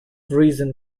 reason